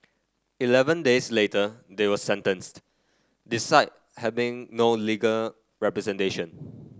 eleven days later they were sentenced having no legal representation